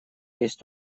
есть